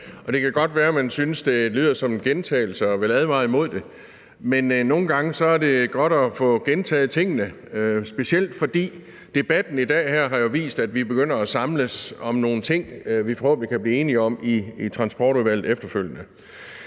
Det kan godt være, at man synes, det lyder som en gentagelse og vil advare imod det, men nogle gange er det godt at få gentaget tingene, specielt fordi debatten i dag jo har vist, at vi begynder at samles om nogle ting, vi forhåbentlig kan blive enige om i Transportudvalget efterfølgende.